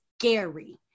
scary